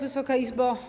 Wysoka Izbo!